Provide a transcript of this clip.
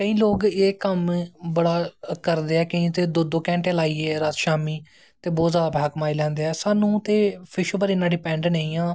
केंई लोग एह् कम्म बड़ा करदे ऐं केंई ते दो दो घैंटे लाईयै शाम्मी बौह्त जादा पैसा कमाई लैंदे ऐं साह्नू ते फिश पर इन्ना डिपैंड नेंई आं